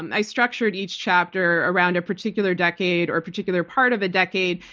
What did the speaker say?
and i structured each chapter around a particular decade or a particular part of a decade,